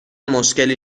مشکلی